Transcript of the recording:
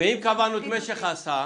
ואם קבענו את משך ההסעה,